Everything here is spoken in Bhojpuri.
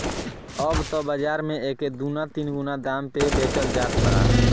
अब त बाज़ार में एके दूना तिगुना दाम पे बेचल जात बा